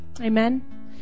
Amen